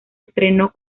estrenó